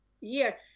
year